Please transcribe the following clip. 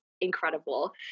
incredible